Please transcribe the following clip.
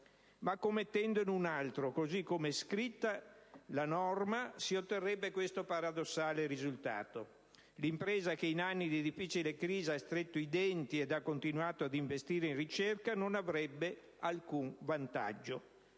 ma commettendone un altro. Così com'è scritta la norma, si otterrebbe questo paradossale risultato: l'impresa che in anni di difficile crisi ha stretto i denti e ha continuato a investire in ricerca non avrebbe alcun vantaggio.